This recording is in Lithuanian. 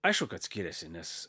aišku kad skiriasi nes